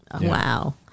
Wow